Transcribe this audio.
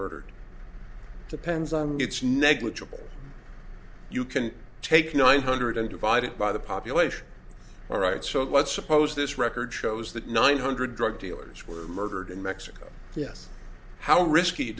murdered depends on its negligible you can take nine hundred and divide it by the population all right so let's suppose this record shows that nine hundred drug dealers were murdered in mexico yes how risky